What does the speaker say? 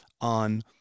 on